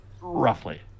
roughly